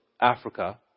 Africa